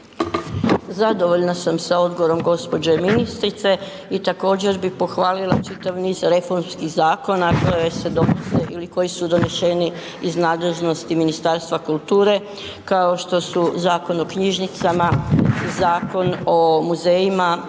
Zadovoljna sam sa odgovorom gđe. ministrice i također bih pohvalila čitav niz reformskih zakona koje se donose ili koji su doneseni iz nadležnosti Ministarstva kulture kao što su Zakon o knjižnicama, Zakon o muzejima,